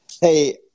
Hey